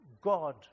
God